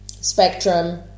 spectrum